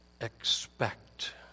expect